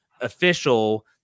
official